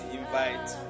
invite